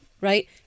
right